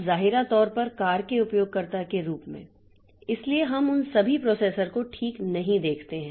अब जाहिरा तौर पर कार के उपयोगकर्ता के रूप में इसलिए हम उन सभी प्रोसेसर को ठीक नहीं देखते हैं